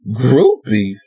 groupies